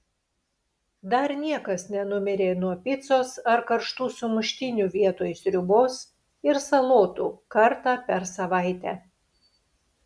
dar niekas nenumirė nuo picos ar karštų sumuštinių vietoj sriubos ir salotų kartą per savaitę